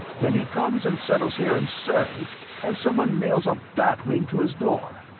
then he comes and settles here in surrey and someone nails a bat wing to his door?